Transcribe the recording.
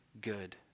good